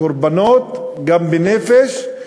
קורבנות, גם בנפש,